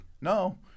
no